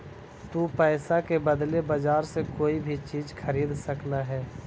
तु पईसा के बदले बजार से कोई भी चीज खरीद सकले हें